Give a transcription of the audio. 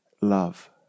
love